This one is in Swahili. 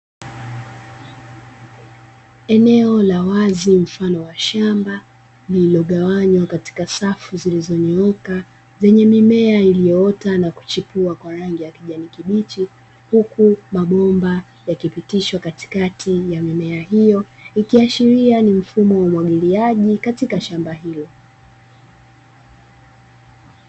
Eneo la wazi mfano wa shamba lililogawanywa katika safu zilizonyooka zenye mimea iliyoota na kuchipua kwa rangi ya kijani kibichi, huku mabomba yakipitishwa katikati ya mimea hiyo ikiashiria ni mfumo wa umwagiliaji katika shamba hilo.